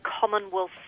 Commonwealth